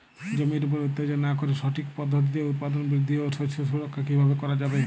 জমির উপর অত্যাচার না করে সঠিক পদ্ধতিতে উৎপাদন বৃদ্ধি ও শস্য সুরক্ষা কীভাবে করা যাবে?